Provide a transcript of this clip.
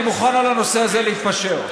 אני מוכן על הנושא הזה להתפשר.